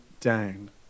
down